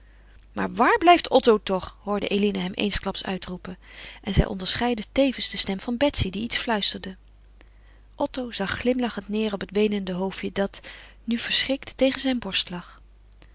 maar waar blijft otto toch hoorde eline hem eensklaps uitroepen en zij onderscheidden tevens de stem van betsy die iets fluisterde otto zag glimlachend neêr op het weenende hoofdje dat nu verschrikt tegen zijn borst lag